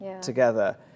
together